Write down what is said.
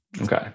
Okay